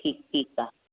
ठीकु ठीकु आहे